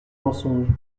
mensonges